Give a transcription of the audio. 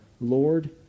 Lord